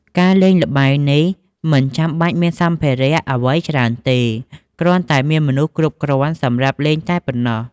ការលេងល្បែងនេះមិនចាំបាច់មានសម្ភារៈអ្វីច្រើនទេ គ្រាន់តែមានមនុស្សគ្រប់គ្រាន់សម្រាប់លេងតែប៉ណ្ណោះ។